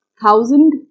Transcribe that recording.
thousand